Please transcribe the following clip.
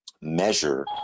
measure